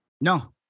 No